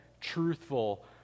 truthful